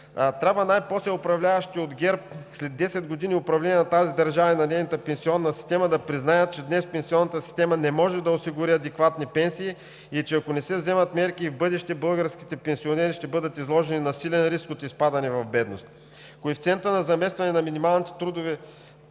трябва управляващите от ГЕРБ, след 10 години управление на тази държава и на нейната пенсионна система, да признаят, че днес пенсионната система не може да осигури адекватни пенсии и ако не се вземат мерки, в бъдеще българските пенсионери ще бъдат изложени на силен риск от изпадане в бедност. Коефициентът на заместване на миналите трудови